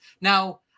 Now